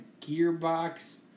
Gearbox